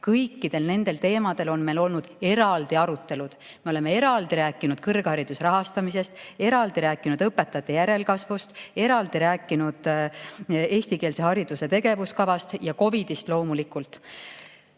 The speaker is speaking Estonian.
kõikidel nendel teemadel –, on meil olnud eraldi arutelud. Me oleme eraldi rääkinud kõrghariduse rahastamisest, eraldi rääkinud õpetajate järelkasvust, eraldi rääkinud eestikeelse hariduse tegevuskavast ja COVID‑ist loomulikult. Veel